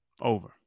Over